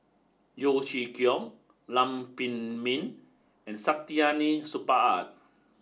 Yeo Chee Kiong Lam Pin Min and Saktiandi Supaat